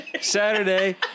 Saturday